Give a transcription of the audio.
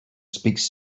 speaks